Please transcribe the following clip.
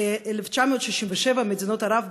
ב-1967 מדינות ערב,